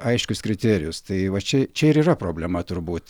aiškius kriterijus tai vat čia čia ir yra problema turbūt